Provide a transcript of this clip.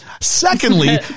Secondly